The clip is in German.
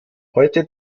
heute